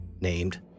named